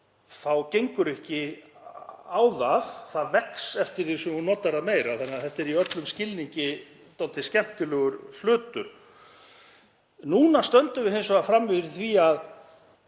þá gengur ekki á það. Það vex eftir því sem þú notar það meira. Þannig að þetta er í öllum skilningi dálítið skemmtilegur hlutur. Núna stöndum við hins vegar frammi fyrir því að